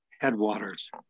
headwaters